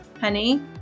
honey